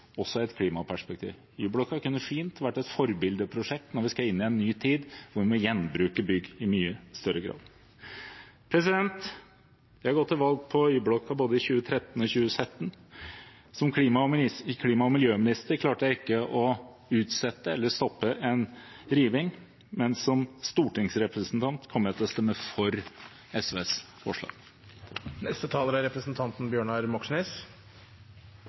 også i et klimaperspektiv. Y-blokka kunne fint vært et forbildeprosjekt når vi skal inn i en ny tid, hvor vi må gjenbruke bygg i mye større grad. Jeg har gått til valg på Y-blokka både i 2013 og i 2017. Som klima- og miljøminister klarte jeg ikke å utsette eller stoppe en riving, men som stortingsrepresentant kommer jeg til å stemme for SVs forslag. Alle her i salen burde vite at det er